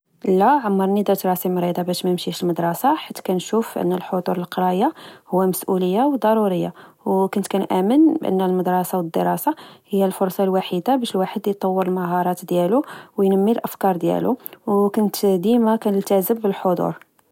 لا، عمرني درت راسي مريضة باش ما نمشيش للمدرسة، حيث كنت كنشوف أن الحضور للقراية هو مسؤولية و ضرورية.و كنت كنآمن بأن المدرسة و الدراسة هي الفرصة الوحيدة باش الواحد يطور المهاراتديالو، وينمي الأفكار ديالو. وكنت ديما كنلتزم بالحضور،